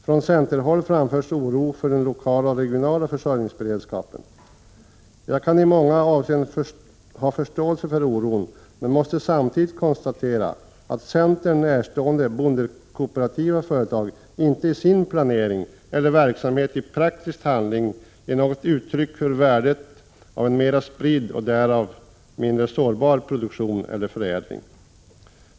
Från centerhåll framförs oro för den lokala och regionala försörjningsberedskapen. Jag kan i många avseenden ha förståelse för oron, men jag måste samtidigt konstatera att centern närstående bondekooperativa företag inte i sin planering eller verksamhet i praktisk handling ger något uttryck för värdet av en mer spridd och därmed mindre sårbar produktion eller förädling.